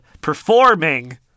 performing